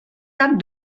cap